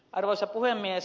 arvoisa puhemies